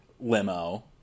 limo